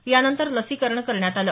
यानंतर लसीकरण करण्यात आलं